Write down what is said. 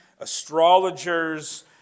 astrologers